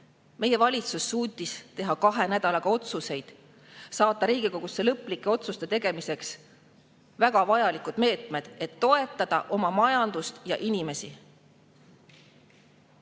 Meie valitsus suutis teha kahe nädalaga ettepanekud saata Riigikogusse lõplike otsuste tegemiseks väga vajalikud meetmed, et toetada oma majandust ja inimesi.